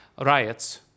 riots